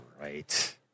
right